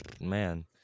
man